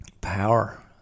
power